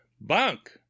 bunk